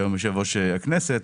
שהוא היום יושב-ראש הכנסת,